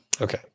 Okay